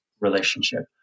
relationship